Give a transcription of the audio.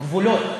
גבולות,